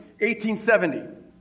1870